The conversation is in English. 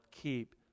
keep